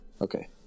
Okay